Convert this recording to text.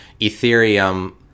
ethereum